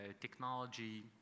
technology